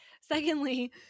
secondly